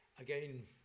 again